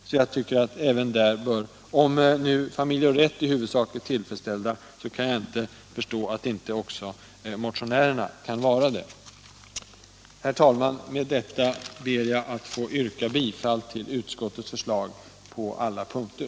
Så om Familj och Rätt i huvudsak är tillfredsställda, kan jag inte förstå varför inte motionärerna också kan vara det. Herr talman! Med det anförda ber jag att få yrka bifall till utskottets förslag på alla punkter.